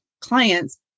clients